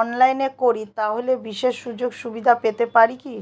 অনলাইনে করি তাহলে বিশেষ সুযোগসুবিধা পেতে পারি কি?